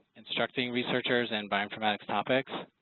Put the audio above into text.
instructing researchers and bioinformatics topics,